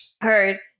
Heard